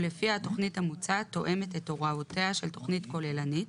ולפיה התכנית המוצעת תואמת את הוראותיה של תכנית כוללנית